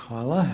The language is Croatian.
Hvala.